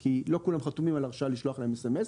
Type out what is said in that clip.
כי לא כולם חתומים על הרשאה לשלוח להם SMS,